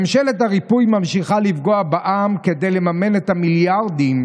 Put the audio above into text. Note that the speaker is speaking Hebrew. ממשלת הריפוי ממשיכה לפגוע בעם כדי לממן את המיליארדים